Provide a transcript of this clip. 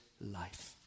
life